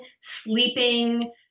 sleeping